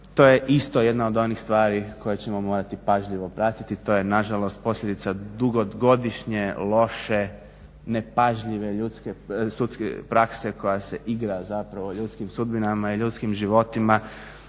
To je isto jedna od onih stvari koje ćemo morati pažljivo pratiti. To je nažalost posljedica dugogodišnje loše, nepažljive sudske prakse koja se igra zapravo ljudskim sudbinama i ljudskim životima